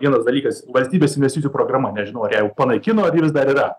vienas dalykas valstybės investicijų programa nežinau ar ją jau panaikino ar ji vis dar yra